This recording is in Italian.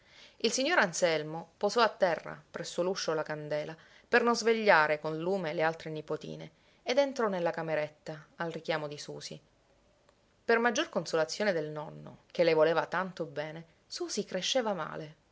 il signor anselmo posò a terra presso l'uscio la candela per non svegliare col lume le altre nipotine ed entrò nella cameretta al richiamo di susì per maggior consolazione del nonno che le voleva tanto bene susì cresceva male